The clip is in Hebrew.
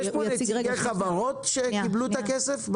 יש פה נציגי חברות שקיבלו את הכסף?